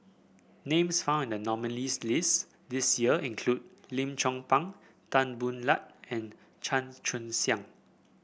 names found in the nominees' list this year include Lim Chong Pang Tan Boo Liat and Chan Chun Sing